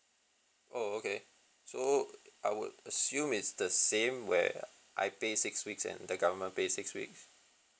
oh okay so I would assume it's the same where I pay six weeks and the government pays six weeks